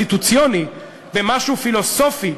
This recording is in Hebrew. קונסטיטוציוני, במשהו פילוסופי,